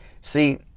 See